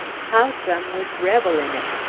how some would revel in it.